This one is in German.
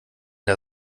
der